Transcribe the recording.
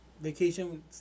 vacation